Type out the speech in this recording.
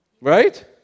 Right